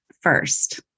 first